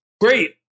Great